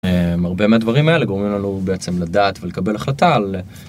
הרבה מהדברים האלה גורמים לנו בעצם לדעת ולקבל החלטה על.